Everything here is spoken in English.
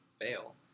fail